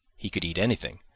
he could eat anything,